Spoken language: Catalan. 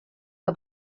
que